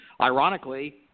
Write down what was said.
Ironically